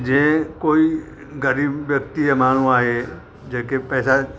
जीअं कोई ग़रीब व्यक्ति या माण्हू आहे जंहिंखे पैसा